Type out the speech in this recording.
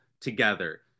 together